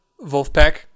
Wolfpack